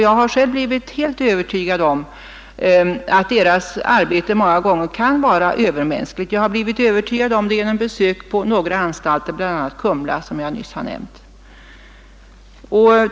Jag har personligen blivit övertygad om att personalens arbete många gånger kan vara övermänskligt. Jag har blivit övertygad om det genom besök på några anstalter, bl.a. Kumla som jag nyss nämnt.